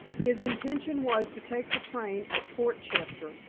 his intention was to take the train at portchester,